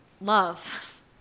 Love